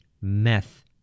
meth